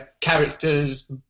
character's